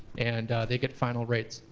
and they get final rates.